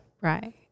Right